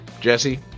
Jesse